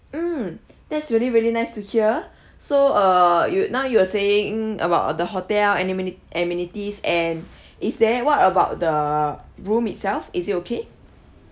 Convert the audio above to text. mm that's really really nice to hear so err you now you were saying about the hotel ameni~ amenities and is there what about the room itself is it okay